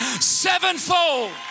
sevenfold